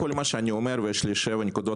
כל מה שאני אומר ויש לי שבע נקודות